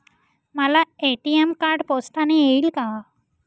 मला ATM card पोस्टाने येईल का?